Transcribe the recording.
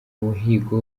umuhigo